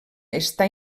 està